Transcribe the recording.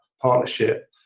partnership